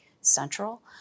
central